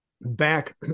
back